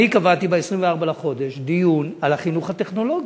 אני קבעתי ב-24 בחודש דיון על החינוך הטכנולוגי.